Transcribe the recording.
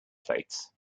plates